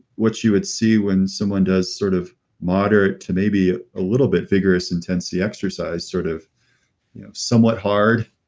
what you would see when someone does sort of moderate to maybe a little bit vigorous intensity exercise, sort of you know somewhat hard,